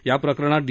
या प्रकरणात डी